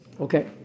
Okay